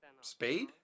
Spade